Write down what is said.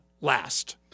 last